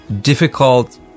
difficult